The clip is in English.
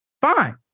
Fine